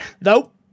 Nope